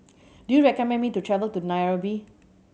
do you recommend me to travel to Nairobi